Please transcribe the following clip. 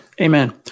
Amen